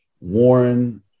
Warren